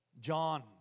John